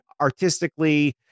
artistically